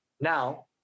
Now